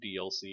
DLC